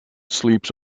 sleeps